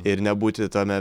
ir nebūti tame